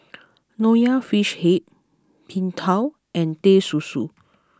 Nonya Fish Head Png Tao and Teh Susu